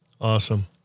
Awesome